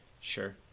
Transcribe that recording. Sure